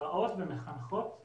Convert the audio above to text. הפרסומות באות ומחנכות עובדים,